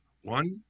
One